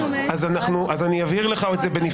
אני אבהיר לך את זה בנפרד.